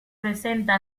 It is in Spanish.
presenta